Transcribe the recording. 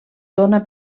dóna